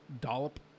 dollop